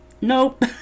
nope